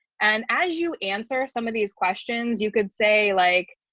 and as you answer some of these questions, you could say like